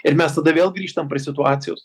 ir mes tada vėl grįžtam prie situacijos